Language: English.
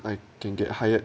I can get hired